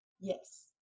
Yes